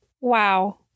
Wow